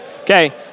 Okay